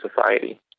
society